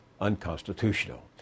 unconstitutional